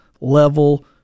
level